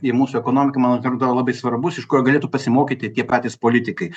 į mūsų ekonomiką man atrodo labai svarbus iš ko galėtų pasimokyti tie patys politikai